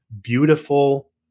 beautiful